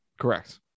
Correct